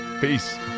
Peace